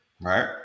right